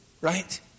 right